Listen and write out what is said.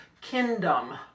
kingdom